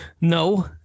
No